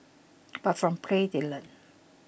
but from play they learn